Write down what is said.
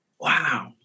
wow